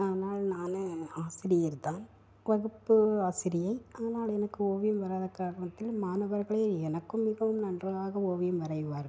ஆனால் நானும் ஆசிரியர் தான் வகுப்பு ஆசிரியை ஆனால் எனக்கு ஓவியம் வராத காரணத்தில் மாணவர்களே எனக்கும் மிகவும் நன்றாக ஓவியம் வரைவார்கள்